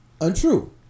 Untrue